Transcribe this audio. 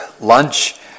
lunch